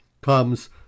comes